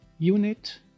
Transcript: Unit